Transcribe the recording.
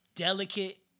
Delicate